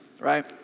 right